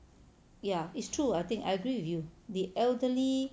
ya is true I think I agree with you the elderly